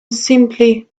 simply